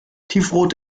tiefrot